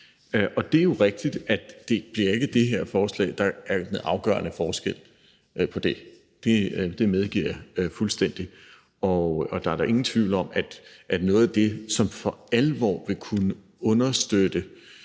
Det er jo rigtigt, at det ikke bliver det her forslag, der bliver den afgørende forskel dér. Det medgiver jeg fuldstændig. Og der er da ingen tvivl om, at noget af det, som for alvor vil batte og vil kunne understøtte